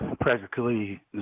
practically